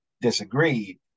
disagreed